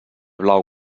blau